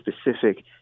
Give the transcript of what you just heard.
specific